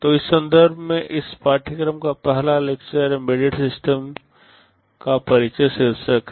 तो इस संदर्भ में इस पाठ्यक्रम का पहला लेक्चर एंबेडेड सिस्टम का परिचय शीर्षक है